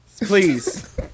Please